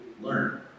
learn